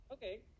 okay